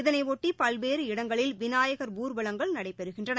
இதனையொட்டி பல்வேறு இடங்களில் விநாயகர் ஊர்வலங்கள் நடைபெறுகின்றன